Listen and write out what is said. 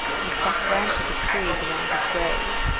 and stuck branches of trees around his grave.